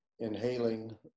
Inhaling